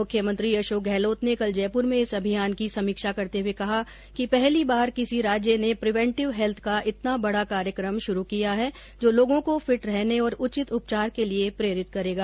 मुख्यमंत्री अशोक गहलोत ने कल जयपुर में इस अभियान की समीक्षा करते हुए कहा कि पहली बार किर्सी राज्य सरकार ने प्रिवेंटिव हैल्थ का इतना बड़ा कार्यक्रम शुरू किया है जो लोगों को फिट रहने और उचित उपचार के लिए प्रेरित करेगा